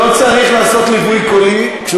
למה אתה